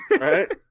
Right